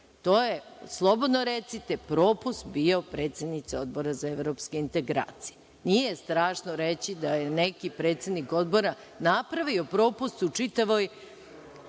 To je, slobodno recite, bio propust predsednice Odbora za Evropske integracije. Nije strašno reći da je neki predsednik Odbora napravio propust u čitavoj